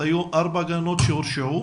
היו ארבע גננות שהורשעו?